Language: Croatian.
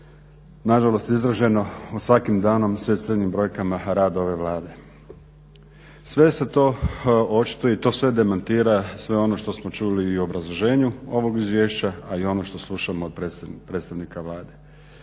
nažalost izraženo svakim danom sve crnjim brojkama rad ove Vlade. Sve se to očituje i to sve demantira sve ono što smo čuli i u obrazloženju ovog izvješća, a i ono što slušamo od predstavnika Vlade.